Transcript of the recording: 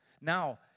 Now